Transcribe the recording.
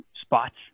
spots